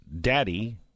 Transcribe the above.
daddy